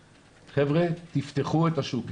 חבר'ה, תפתחו את השוק.